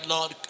Lord